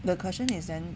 the question is then